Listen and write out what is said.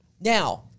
Now